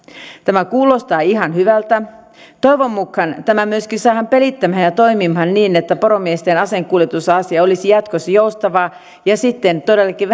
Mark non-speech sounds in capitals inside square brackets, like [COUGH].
tämä kuulostaa ihan hyvältä toivon mukaan tämä myöskin saadaan pelittämään ja toimimaan niin että poromiesten aseenkuljetusasia olisi jatkossa joustavaa ja sitten todellakin [UNINTELLIGIBLE]